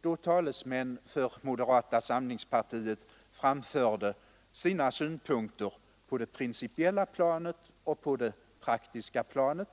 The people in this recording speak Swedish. då talesmän för moderata samlingspartiet framförde sina synpunkter på det principiella planet och på det praktiska planet.